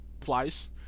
flies